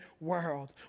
world